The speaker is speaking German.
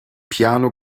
piano